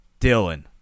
Dylan